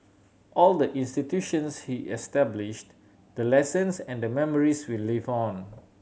all the institutions he established the lessons and the memories will live on